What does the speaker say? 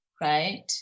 right